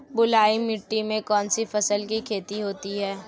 बलुई मिट्टी में कौनसी फसल की खेती होती है?